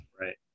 Right